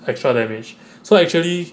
extra damage so actually